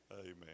Amen